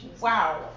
Wow